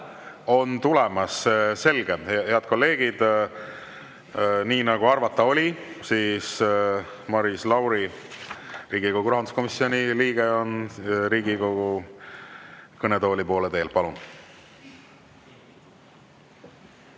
saalist.) Selge! Head kolleegid, nii nagu arvata oli, on Maris Lauri, Riigikogu rahanduskomisjoni liige, Riigikogu kõnetooli poole teel. Palun!